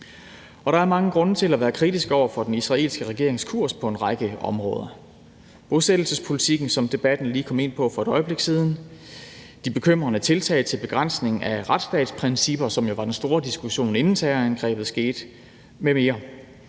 Der er mange grunde til at være kritisk over for den israelske regerings kurs på en række områder: bosættelsespolitikken, som debatten lige kom ind på for et øjeblik siden, de bekymrende tiltag til begrænsning af retsstatsprincipper, som jo var den store diskussion, inden terrorangrebet skete, m.m.